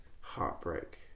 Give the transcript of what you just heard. heartbreak